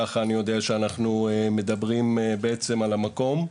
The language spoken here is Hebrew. ככה אני יודע שאנחנו מדברים בעצם על המקום.